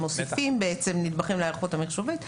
הם מוסיפים נדבכים להיערכות המיחשובית.